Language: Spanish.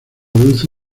dulce